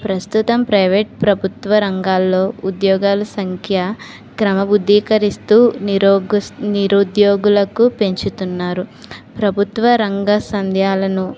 ప్రస్తుతం ప్రైవేట్ ప్రభుత్వ రంగాల్లో ఉద్యోగాలు సంఖ్య క్రమబద్ధీకరిస్తూ నిరోగ నిరోద్యోగులను పెంచుతున్నారు ప్రభుత్వ రంగ సందేహాలను